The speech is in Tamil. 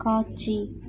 காட்சி